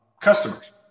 customers